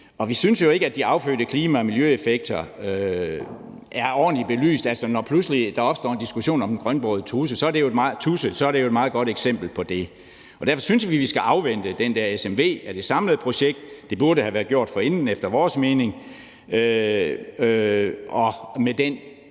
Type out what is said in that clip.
vi synes jo ikke, at de afledte klima- og miljøeffekter er ordentlig belyst. Når der pludselig opstår en diskussion om den grønbrogede tudse, er det jo et meget godt eksempel på det. Derfor synes vi, at vi skal afvente den der smv af det samlede projekt – det burde efter vores mening